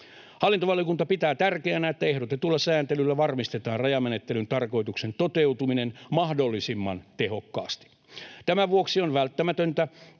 Hallintovaliokunta pitää tärkeänä, että ehdotetulla sääntelyllä varmistetaan rajamenettelyn tarkoituksen toteutuminen mahdollisimman tehokkaasti. Tämän vuoksi on välttämätöntä,